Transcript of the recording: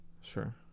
Sure